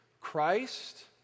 Christ